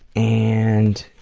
and